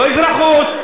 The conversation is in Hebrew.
לא אזרחות,